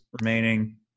remaining